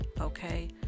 okay